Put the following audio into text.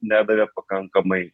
nedavė pakankamai